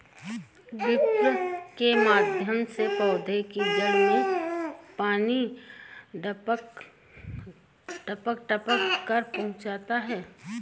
drip के माध्यम से पौधे की जड़ में पानी टपक टपक कर पहुँचता है